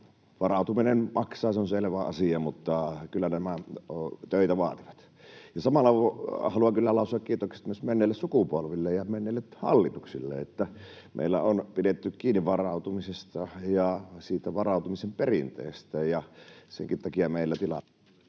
Varautuminen maksaa, se on selvä asia, mutta kyllä nämä töitä vaativat. Samalla haluan kyllä lausua kiitokset myös menneille sukupolville ja menneille hallituksille siitä, että meillä on pidetty kiinni varautumisesta ja varautumisen perinteestä. Senkin takia meillä tilanne